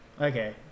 okay